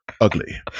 ugly